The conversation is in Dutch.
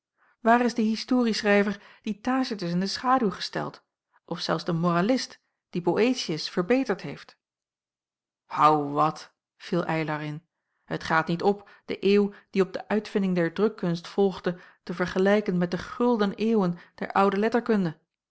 waar is de historieschrijver die tacitus in de schaduw gesteld of zelfs de moralist die boëtius verbeterd heeft hou wat viel eylar in het gaat niet op de eeuw die op de uitvinding der drukkunst volgde te vergelijken met de gulden eeuwen der oude letterkunde